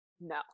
no